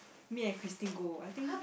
me and Christine go I think